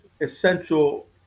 essential